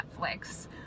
Netflix